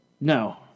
no